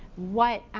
what